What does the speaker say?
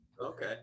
Okay